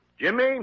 Jimmy